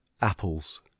Apples